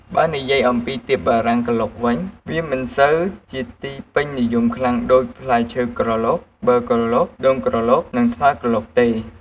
បើនិយាយអំពីទៀបបារាំងក្រឡុកវិញ វាមិនសូវជាទីពេញនិយមខ្លាំងដូច ផ្លែឈើក្រឡុក ប័រក្រឡុក ដូងក្រឡុក និងត្នោតក្រឡុកទេ។